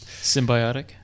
symbiotic